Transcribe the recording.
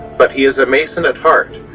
but he is a mason at heart,